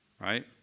right